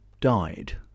died